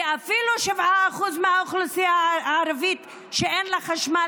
כי אפילו 7% מהאוכלוסייה הערבית שאין לה חשמל,